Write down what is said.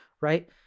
Right